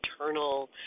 eternal